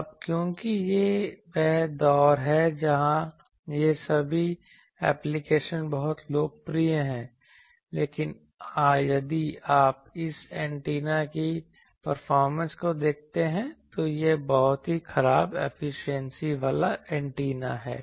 अब क्योंकि यह वह दौर है जहां ये सभी एप्लिकेशन बहुत लोकप्रिय हैं लेकिन यदि आप इस एंटीना की परफॉर्मन्स को देखते हैं तो यह बहुत ही खराब एफिशिएंसी वाला एंटीना है